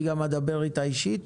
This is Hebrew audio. אני גם אדבר איתה באופן אישי,